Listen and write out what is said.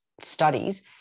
studies